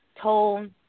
told